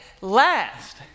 last